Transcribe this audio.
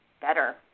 better